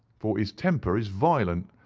for his temper is violent,